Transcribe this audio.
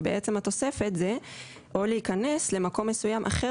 ובעצם התוספת היא "או להיכנס למקום מסוים אחר